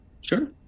Sure